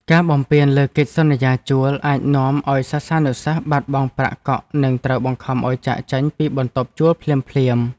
ការបំពានលើកិច្ចសន្យាជួលអាចនាំឱ្យសិស្សានុសិស្សបាត់បង់ប្រាក់កក់និងត្រូវបង្ខំឱ្យចាកចេញពីបន្ទប់ជួលភ្លាមៗ។